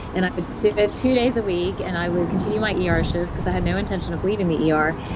and i would spend ah two days a week and i will continue my yeah ah er shifts, because i had no intention of leaving the er,